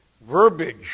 verbiage